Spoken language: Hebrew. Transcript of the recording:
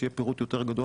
שיהיה פירוט יותר גדול.